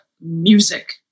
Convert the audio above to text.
music